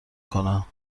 کنم